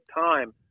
time